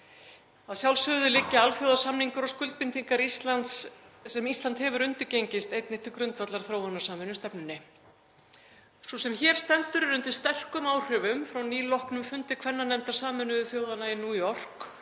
Að sjálfsögðu liggja alþjóðasamningar og skuldbindingar sem Ísland hefur undirgengist einnig til grundvallar þróunarsamvinnustefnunni. Sú sem hér stendur er undir sterkum áhrifum frá nýloknum fundi kvennanefndar Sameinuðu þjóðanna í New York